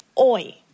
oi